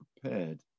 prepared